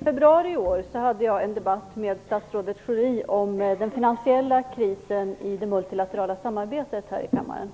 Fru talman! I februari i år hade jag en debatt med statsrådet Schori om den finansiella krisen i det multilaterala samarbetet här i kammaren.